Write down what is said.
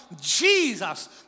Jesus